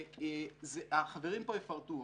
החברים פה יפרטו,